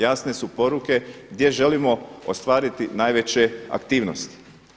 Jasne su poruke gdje želimo ostvariti najveće aktivnosti.